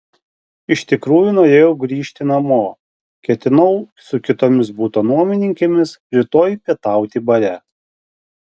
iš tikrųjų norėjau grįžti namo ketinau su kitomis buto nuomininkėmis rytoj pietauti bare